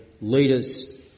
leaders